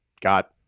got